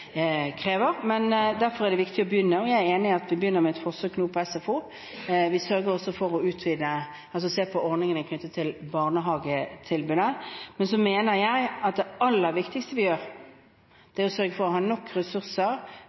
Derfor er det viktig å begynne, og jeg er enig i at vi begynner med et forsøk nå på SFO. Vi sørger også for å se på ordningene knyttet til barnehagetilbudet. Men så mener jeg at det aller viktigste vi gjør, er å sørge for å ha nok ressurser